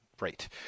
Right